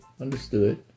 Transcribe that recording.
Understood